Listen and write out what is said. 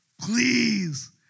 please